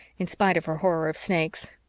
in spite of her horror of snakes.